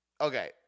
Okay